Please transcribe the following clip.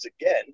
again